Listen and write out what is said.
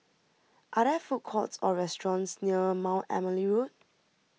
are there food courts or restaurants near Mount Emily Road